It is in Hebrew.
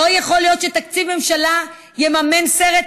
לא יכול להיות שתקציב ממשלה יממן סרט כזה.